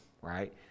Right